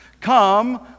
Come